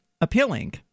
appealing